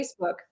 facebook